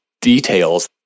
details